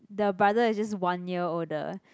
the brother is just one year older